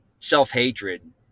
Self-hatred